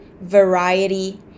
variety